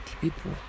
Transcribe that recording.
people